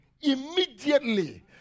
Immediately